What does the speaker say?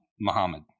Muhammad